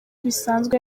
bisanzwe